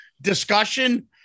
discussion